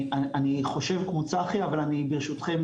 אני חושב כמו צחי אבל ברשותכם,